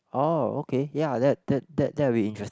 oh okay ya that that that that would be interesting